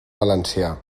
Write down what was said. valencià